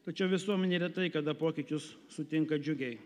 tačiau visuomenė retai kada pokyčius sutinka džiugiai